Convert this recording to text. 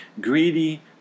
greedy